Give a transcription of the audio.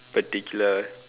particular